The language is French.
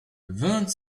vingt